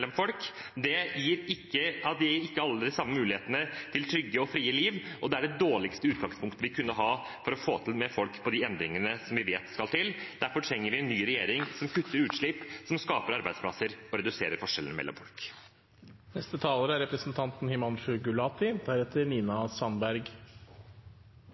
folk. Det gir ikke alle de samme mulighetene til trygge og frie liv og er det dårligste utgangspunktet vi kan ha for å få til de endringene som vi vet skal til. Derfor trenger vi en ny regjering – som kutter utslipp, som skaper arbeidsplasser, og som reduserer forskjellene mellom